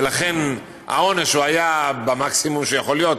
ולכן העונש היה המקסימום שיכול להיות,